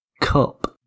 Cup